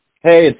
Hey